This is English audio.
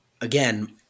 again